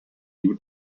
new